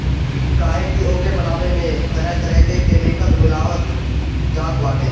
काहे की ओके बनावे में तरह तरह के केमिकल मिलावल जात बाटे